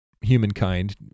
humankind